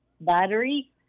battery